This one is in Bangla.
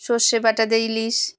সর্ষে বাটা দিয়ে ইলিশ